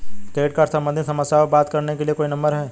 Credit card सम्बंधित समस्याओं पर बात करने के लिए कोई नंबर है?